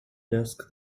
desk